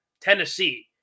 Tennessee